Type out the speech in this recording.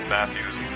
Matthews